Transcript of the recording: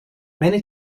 many